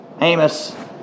Amos